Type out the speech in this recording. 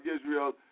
Israel